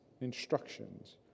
instructions